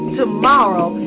tomorrow